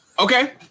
Okay